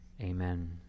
amen